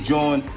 John